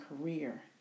career